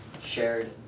shared